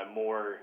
more